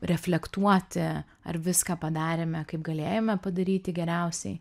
reflektuoti ar viską padarėme kaip galėjome padaryti geriausiai